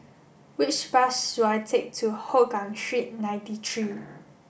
which bus should I take to Hougang Street ninety three